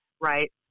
right